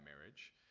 marriage